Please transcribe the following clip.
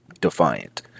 defiant